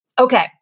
Okay